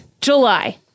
July